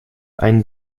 einen